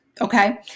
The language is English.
okay